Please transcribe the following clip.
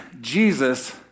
Jesus